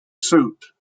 soot